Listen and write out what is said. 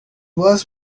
was